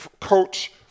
coach